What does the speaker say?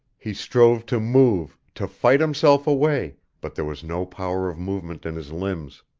he strove to move, to fight himself away, but there was no power of movement in his limbs.